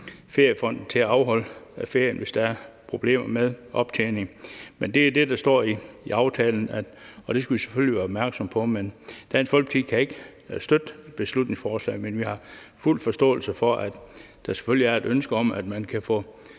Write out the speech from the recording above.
feriefonden til at afholde ferie. Det er det, der står i aftalen, og det skal vi selvfølgelig være opmærksomme på. Dansk Folkeparti kan ikke støtte beslutningsforslaget, men vi har fuld forståelse for, at der selvfølgelig er et ønske om, at man kan få